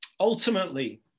Ultimately